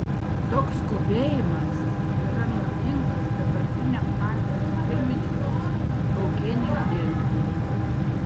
toks skubėjimas yra naudingas dabartiniam partijos pirmininkui eugenijui gentvilui